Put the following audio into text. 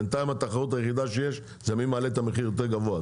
בינתיים התחרות היחידה שיש זה מי מעלה את המחיר יותר גבוה.